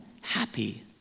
Happy